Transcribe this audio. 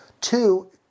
two